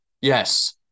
yes